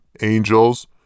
angels